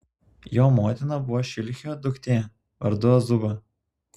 jo motina buvo šilhio duktė vardu azuba